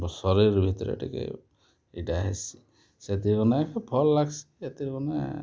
ମୋର୍ ଶରୀର୍ ଭିତ୍ରେ ଟିକେ ଇଟା ହେସି ସେଥିର୍ ମାନେ ଭଲ୍ ଲାଗ୍ସି ସେଥିର୍ ମାନେ